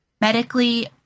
medically